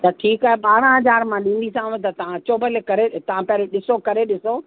त ठीकु आहे ॿारहं हज़ार मां ॾींदीसांव त तव्हां अचो भले करे तव्हां पहिरियों ॾिसो करे ॾिसो